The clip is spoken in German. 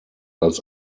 als